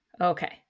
Okay